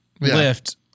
lift